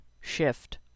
shift